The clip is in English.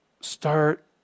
start